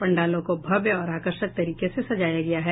पंडालों को भव्य और आकर्षक तरीके से सजाया गया है